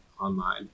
online